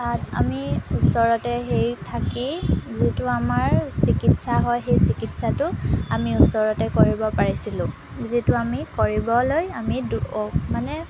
তাত আমি ওচৰতে সেই থাকি যিটো আমাৰ চিকিৎসা হয় সেই চিকিৎসাটো আমি ওচৰতে কৰিব পাৰিছিলোঁ যিটো আমি কৰিবলৈ আমি মানে